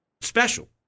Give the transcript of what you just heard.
special